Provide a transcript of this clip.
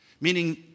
Meaning